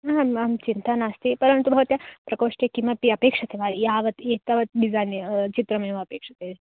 आम् आं चिन्ता नास्ति परन्तु भवत्याः प्रकोष्ठे किमपि अपेक्ष्यते वा यावत् एतावत् डिज़ैन् चित्रमेव अपेक्ष्यते